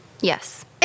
Yes